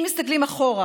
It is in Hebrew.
אם מסתכלים אחורה,